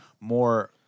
more